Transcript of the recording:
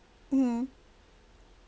mm